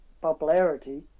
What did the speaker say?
popularity